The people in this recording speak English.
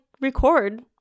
record